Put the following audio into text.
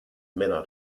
männer